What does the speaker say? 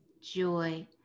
joy